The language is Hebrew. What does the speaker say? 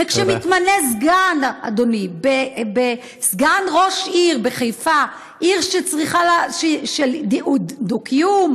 וכשמתמנה סגן ראש עיר בחיפה, עיר של דו-קיום,